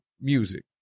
music